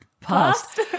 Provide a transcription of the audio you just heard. past